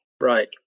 Right